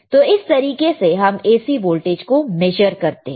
तो इस तरीके से हम AC वोल्टेज को मेजर करते हैं